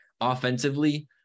offensively